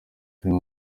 film